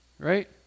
Right